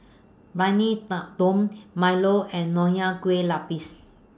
Briyani Dum Milo and Nonya Kueh Lapis